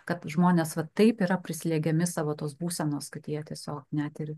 kad žmonės va taip yra prislegiami savo tos būsenos kad jie tiesiog net ir